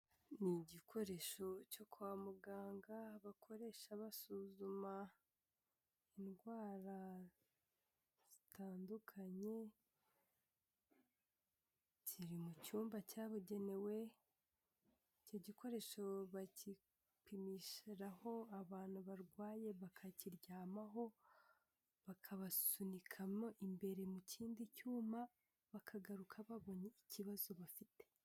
Ni igikoresho cyo kwa muganga bakoresha basuzuma indwara zitandukanye kiri mu cyumba cyabugenewe, icyo gikoresho bakipimishiraho abantu barwaye bakakiryamaho bakabasunika mo imbere mu kindi cyuma bakagaruka babonye ikibazo bafite.